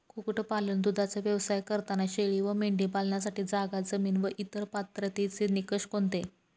कुक्कुटपालन, दूधाचा व्यवसाय करताना शेळी व मेंढी पालनासाठी जागा, जमीन व इतर पात्रतेचे निकष कोणते?